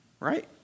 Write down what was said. Right